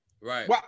Right